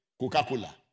Coca-Cola